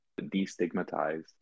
destigmatize